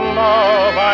love